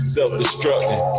Self-destructing